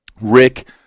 Rick –